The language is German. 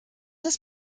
ist